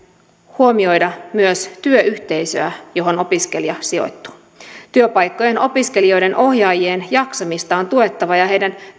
huomioida myös työyhteisöä johon opiskelija sijoittuu työpaikkojen opiskelijoiden ohjaajien jaksamista on tuettava ja heidän